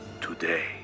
today